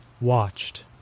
watched